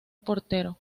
portero